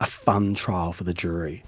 a fun trial for the jury,